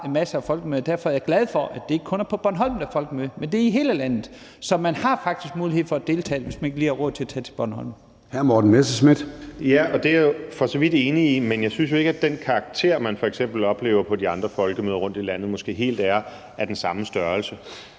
af folkemøder – at det ikke kun er på Bornholm, der er folkemøde, men i hele landet. Så man har faktisk mulighed for at deltage, hvis man ikke lige har råd til at tage til Bornholm.